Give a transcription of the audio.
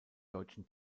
deutschen